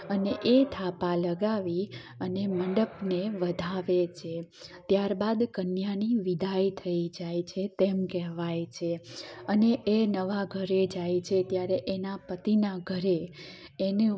અને એ થાપા લગાવી અને મંડપને વધાવે છે ત્યાર બાદ કન્યાની વિદાય થઈ જાય છે તેમ કહેવાય છે અને એ નવા ઘરે જાય છે ત્યારે એના પતિના ઘરે એને